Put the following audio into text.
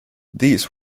these